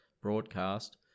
broadcast